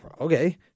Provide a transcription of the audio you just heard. Okay